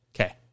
Okay